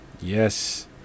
yes